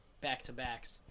back-to-backs